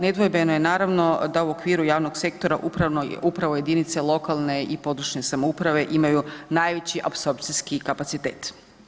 Nedvojbeno je naravno da u okviru javnog sektora upravo jedinice lokalne i područne samouprave imaju najveći apsorpcijski kapacitet.